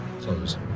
Close